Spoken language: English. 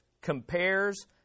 compares